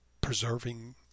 preserving